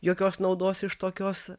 jokios naudos iš tokios